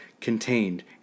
contained